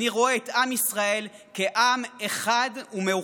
אני רואה את עם ישראל כעם אחד ומאוחד,